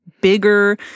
bigger